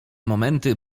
momenty